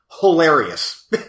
hilarious